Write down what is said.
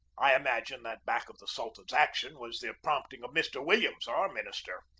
i imagine that back of the sultan's action was the prompting of mr. williams, our minister.